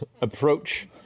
approach